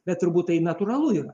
bet turbūt tai natūralu yra